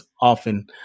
often